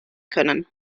können